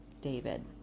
David